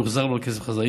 יוחזר לו הכסף בחזרה.